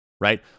right